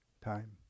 Time